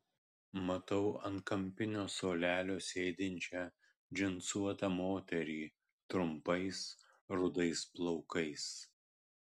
matau ant kampinio suolelio sėdinčią džinsuotą moterį trumpais rudais plaukais